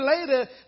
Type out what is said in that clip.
later